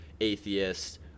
atheist